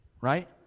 right